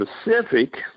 specific